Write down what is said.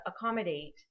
accommodate